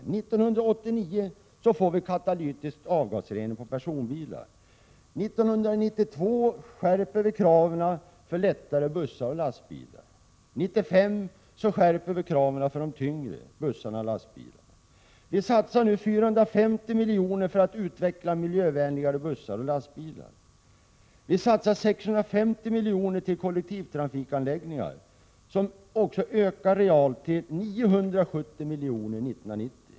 År 1989 får vi katalytisk avgasrening när det gäller personbilar. År 1992 skärper vi kraven avseende lättare bussar och lastbilar. År 1995 skärper vi kraven avseende tyngre bussar och lastbilar. Vi satsar nu 450 milj.kr. på utvecklingen av miljövänligare bussar och lastbilar. Dessutom satsar vi 650 milj.kr. på kollektivtrafikanläggningar. Realt ökar detta belopp till 970 milj.kr. år 1990.